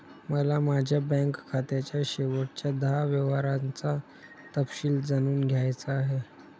मला माझ्या बँक खात्याच्या शेवटच्या दहा व्यवहारांचा तपशील जाणून घ्यायचा आहे